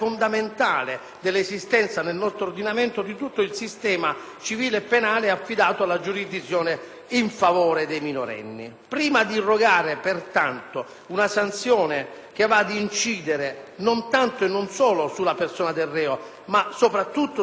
in favore dei minorenni. Pertanto, prima di irrogare una sanzione che vada ad incidere non tanto e non solo sulla persona del reo ma soprattutto sulla persona del minore, pensiamo sia indispensabile nell'interesse superiore del minore che il tribunale